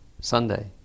Sunday